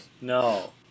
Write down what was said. No